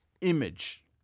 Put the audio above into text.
image